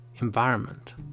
environment